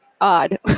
odd